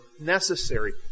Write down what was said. necessary